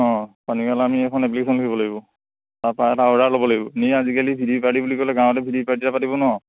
অঁ আমি এখন এপ্লিকেশ্যন লিখিব লাগিব তাৰপা এটা অৰ্ডাৰ ল'ব লাগিবে আমি আজিকালি বুলি ক'লে গাঁৱতে পাতিব নোৱাৰোঁ